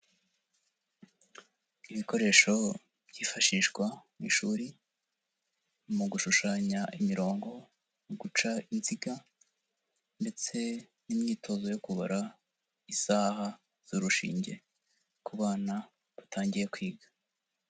Ibikoresho byifashishwa mu ishuri mu gushushanya imirongo, mu guca inziga ndetse n'imyitozo yo kubara isaha z'urushinge ku bana batangiye kwiga.